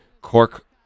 Cork